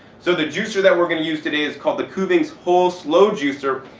so the juicer that we're going to use today is called the kuggins whole slow juicer,